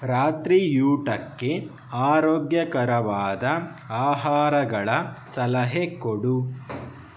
ರಾತ್ರಿಯೂಟಕ್ಕೆ ಆರೋಗ್ಯಕರವಾದ ಆಹಾರಗಳ ಸಲಹೆ ಕೊಡು